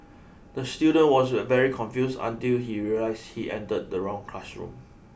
the student was very confused until he realised he entered the wrong classroom